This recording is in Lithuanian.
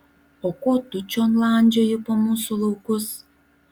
o ko tu čion landžioji po mūsų laukus